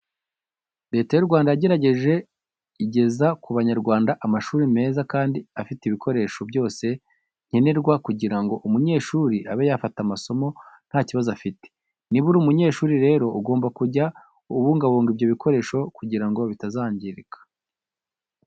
Leta y'u Rwanda yaragerageje igeza ku Banyarwanda amashuri meza kandi afite ibikoresho byose nkenerwa kugira ngo umunyeshuri abe yafata amasomo nta kibazo afite. Niba uri umunyeshuri rero ugomba kujya ubungabunga ibyo bikoresho kugira ngo bitazangirika.